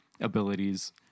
abilities